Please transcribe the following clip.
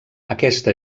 aquesta